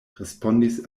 respondis